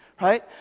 Right